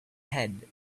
head